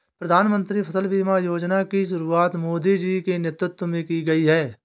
प्रधानमंत्री फसल बीमा योजना की शुरुआत मोदी जी के नेतृत्व में की गई है